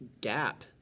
gap